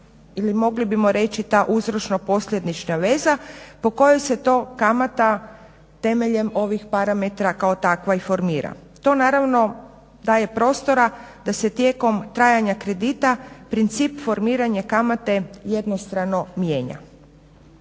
ili mogli bismo reći ta uzročno-posljedična veza po kojoj se to kamata temeljem ovih parametara kao takva i formira. To naravno daje prostora da se tijekom trajanja kredita princip formiranje kamate jednostrano mijenja.